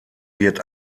wird